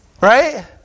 Right